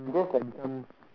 because like become